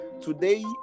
Today